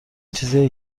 چیزیه